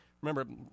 Remember